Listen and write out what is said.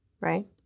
right